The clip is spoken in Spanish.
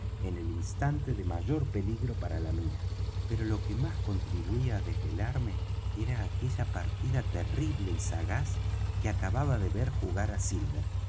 en el instante de mayor peligro para la mía pero lo que más contribuía á desvelarme era aquella partida terrible y sagaz que acababa de ver jugar á silver